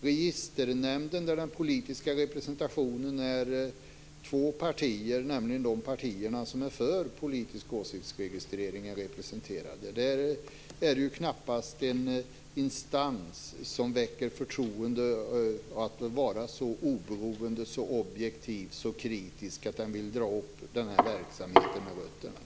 Registernämnden, där den politiska representationen består av just de två partier som är för politisk åsiktsregistrering, är knappast en instans som väcker förtroende om att vara så oberoende, objektiv och kritisk att den vill dra upp den här verksamheten med rötterna.